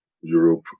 Europe